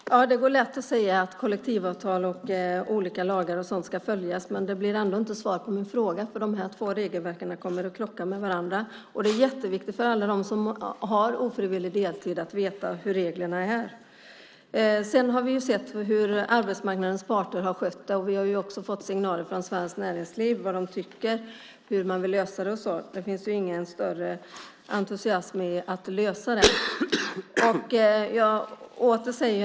Herr talman! Det går lätt att säga att kollektivavtal och olika lagar och sådant ska följas. Men det blir ändå inte svar på min fråga, för de här två regelverken kommer att krocka med varandra. Och det är jätteviktigt för alla dem som har ofrivillig deltid att veta hur reglerna är. Sedan har vi sett hur arbetsmarknadens parter har skött det. Vi har också fått signaler från Svenskt Näringsliv om vad de tycker, hur de vill lösa det och så vidare. Det finns ingen större entusiasm när det gäller att lösa detta. Jag säger detta åter.